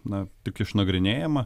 na tik išnagrinėjama